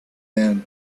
man